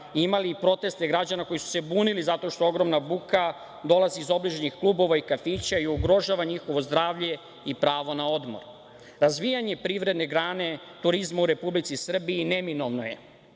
imali proteste građana koji su se bunili zato što ogromna buka dolazi iz obližnjih klubova i kafića i ugrožava njihovo zdravlje i pravo na odmor. Razvijanje privredne grane turizma u Republici Srbiji neminovno je.